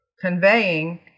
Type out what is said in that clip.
conveying